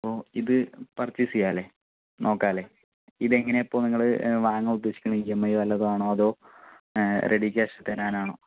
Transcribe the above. അപ്പോൾ ഇത് പർച്ചേസ് ചെയ്യാല്ലെ നോക്കാല്ലെ ഇതെങ്ങനെയാ ഇപ്പോൾ നിങ്ങള് വാങ്ങാൻ ഉദ്ദേശിക്കുന്നത് ഇ എം ഐ വല്ലതുവാണോ അതോ റെഡി ക്യാഷ് തരാനാണോ